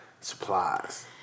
supplies